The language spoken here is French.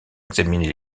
examiner